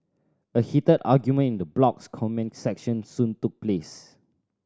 a heated argument in the blog's comment section soon took place